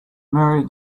merry